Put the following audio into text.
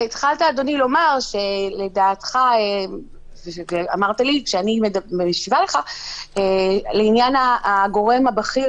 אמרת לי כשאני משיבה לך לעניין הגורם הבכיר